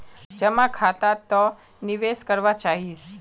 जमा खाता त निवेदन करवा चाहीस?